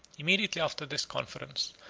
immediately after this conference,